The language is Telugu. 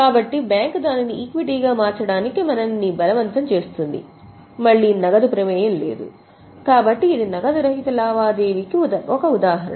కాబట్టి బ్యాంక్ దానిని ఈక్విటీగా మార్చడానికి మనల్ని బలవంతం చేస్తుంది మళ్ళీ నగదు ప్రమేయం లేదు కాబట్టి ఇది నగదు రహిత లావాదేవీకి కూడా ఒక ఉదాహరణ